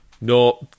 No